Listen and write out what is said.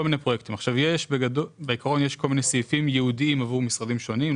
יש כל מיני סעיפים ייעודיים עבור משרדים שונים,